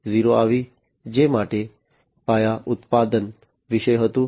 0 આવી જે મોટા પાયે ઉત્પાદન વિશે હતું